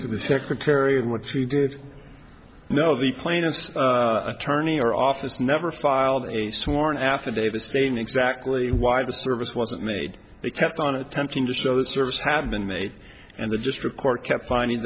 to the secretary and what you did know the plaintiff's attorney our office never filed a sworn affidavit stating exactly why the service wasn't made they kept on attempting to show that service had been made and the district court kept finding